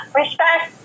respect